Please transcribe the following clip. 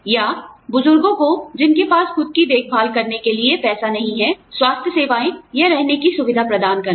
या बुजुर्गों को जिनके पास खुद की देखभाल करने के लिए पैसा नहीं है स्वास्थ्य सेवाएं या रहने की सुविधा प्रदान करना